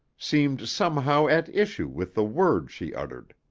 seemed somehow at issue with the words she uttered.